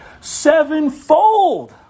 sevenfold